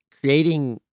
creating